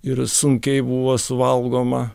ir sunkiai buvo suvalgoma